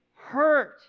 hurt